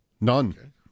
none